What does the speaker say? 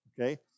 Okay